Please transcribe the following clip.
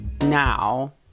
now